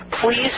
please